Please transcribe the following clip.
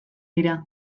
dira